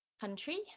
country